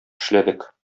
эшләдек